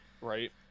right